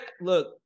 look